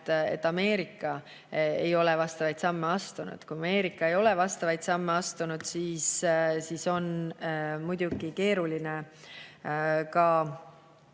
et Ameerika ei ole vastavaid samme astunud. Kui Ameerika ei ole vastavaid samme astunud, siis on meil väikselt